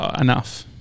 Enough